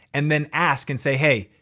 and then ask and say, hey,